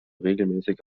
regelmäßig